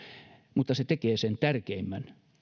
mutta se tekee sen tärkeimmän